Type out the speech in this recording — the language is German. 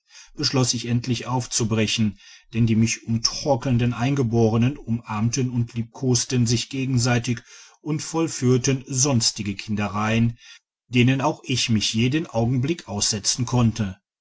beschloss ich endlich aufzubrechen denn die mich umtorkelnden eingeborenen umarmten und liebkosten sich gegenseitig und vollführten sonstige kindereien denen auch ich mich jeden augenblick aussetzen konnte